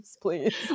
please